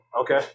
Okay